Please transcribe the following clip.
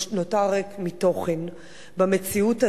נותר ריק מתוכן במציאות הזאת.